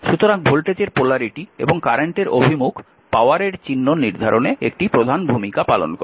সুতরাং ভোল্টেজের পোলারিটি এবং কারেন্টের অভিমুখ পাওয়ার এর চিহ্ন নির্ধারণে একটি প্রধান ভূমিকা পালন করে